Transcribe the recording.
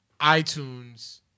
iTunes